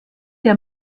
der